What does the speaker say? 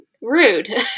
rude